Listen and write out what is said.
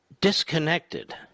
disconnected